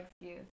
excuse